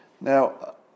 Now